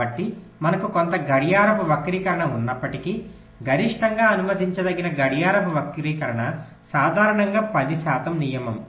కాబట్టి మనకు కొంత గడియారపు వక్రీకరణ ఉన్నప్పటికీ గరిష్టంగా అనుమతించదగిన గడియారపు వక్రీకరణ సాధారణంగా 10 శాతం నియమం